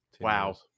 Wow